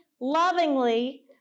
lovingly